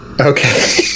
Okay